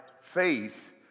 faith